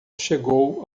chegou